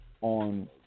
on